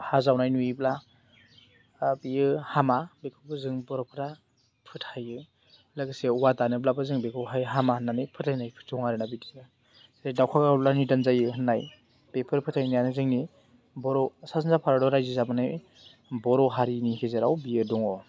हा जावनाय नुयोब्ला बेयो हामा बेखौबो जों बर'फ्रा फोथायो लोगोसे औवा दानोब्लाबो जों बेखौहाय हामा होननानै फोथायनायफोर दङ आरोना बिदिनो जेरै दाउखा गाबोब्ला निदान जायो होननाय बेफोर फोथायनायानो जोंनि बर' सा सानजा भारतआव रायजो जाबोनाय बर' हारिनि गेजेराव बियो दङ